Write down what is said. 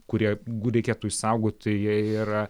kurie jeigu reikėtų išsaugoti jie yra